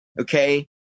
okay